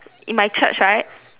in my church right